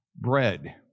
bread